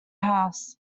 house